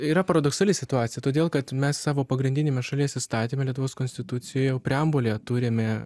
yra paradoksali situacija todėl kad mes savo pagrindiniame šalies įstatyme lietuvos konstitucijoje jau preambulėje turime